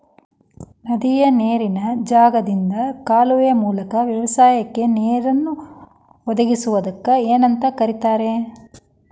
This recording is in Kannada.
ನದಿಯ ನೇರಿನ ಜಾಗದಿಂದ ಕಾಲುವೆಯ ಮೂಲಕ ವ್ಯವಸಾಯಕ್ಕ ನೇರನ್ನು ಒದಗಿಸುವುದಕ್ಕ ಏನಂತ ಕರಿತಾರೇ?